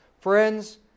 Friends